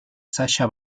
sasha